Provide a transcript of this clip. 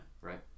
Right